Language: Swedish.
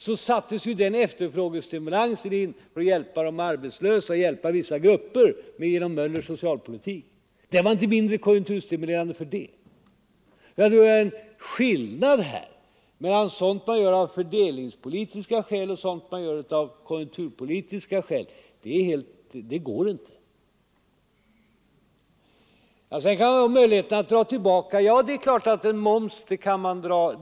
Där sattes ju efterfrågestimulansen in för att hjälpa de arbetslösa, för att hjälpa vissa grupper genom Möllers socialpolitik. Den var inte mindre konjunkturstimulerande för det. Det går inte att här göra en skillnad mellan sådant som man gör av fördelningspolitiska skäl och sådant som man gör av konjunkturpolitiska skäl. Sedan talas det om möjligheterna att dra tillbaka. Ja, det är klart att en moms kan dras tillbaka.